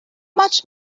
much